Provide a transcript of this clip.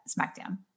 SmackDown